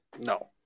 no